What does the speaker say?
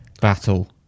battle